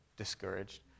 Discouraged